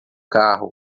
carro